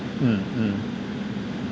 mm mm